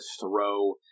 throw